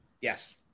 Yes